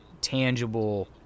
tangible